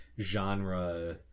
genre